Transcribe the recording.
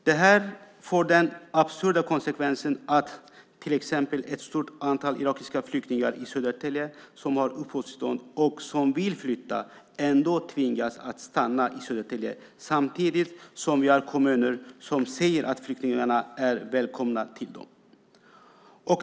Det här får den absurda konsekvensen att till exempel ett stort antal irakiska flyktingar i Södertälje som har uppehållstillstånd och som vill flytta ändå tvingas att stanna i Södertälje - samtidigt som vi har kommuner som säger att flyktingarna är varmt välkomna till dem."